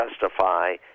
justify